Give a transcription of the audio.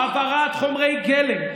העברת חומרי גלם,